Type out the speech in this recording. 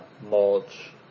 Mulch